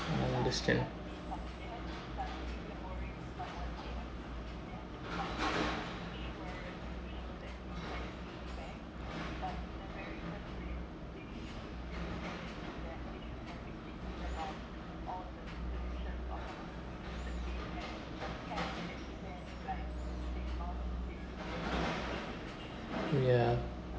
I understand ya